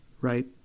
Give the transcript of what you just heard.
right